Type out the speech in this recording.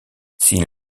s’il